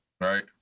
right